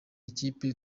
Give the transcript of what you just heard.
ikipe